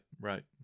right